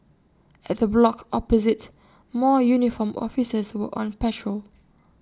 at the block opposite more uniformed officers were on patrol